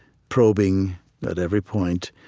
probing at every point,